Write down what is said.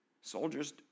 Soldiers